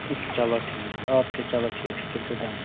چلو ٹھیٖک اَدٕ کیٛاہ چلو ٹھیٖک چھُ تیٚلہِ چھُو ڈَن